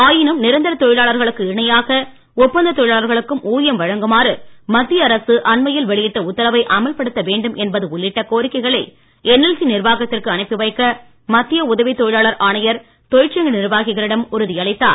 ஆயினும் நிரந்தர தொழிலாளர்களுக்கு இணையாக ஒப்பந்த தொழிலாளர்களுக்கும் ஊதியம் வழங்குமாறு மத்திய அரசு அண்மையில் வெளியிட்ட உத்தரவை அமல்படுத்த வேண்டும் என்பது உள்ளிட்ட கோரிக்கைகளை என்எல்சி நிர்வாகத்திற்கு அனுப்பி வைக்க மத்திய உதவி தொழிலாளர் ஆணையர் தொழிற்சங்க நிர்வாகிகளிடம் உறுதியளித்தார்